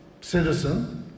citizen